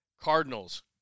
Cardinals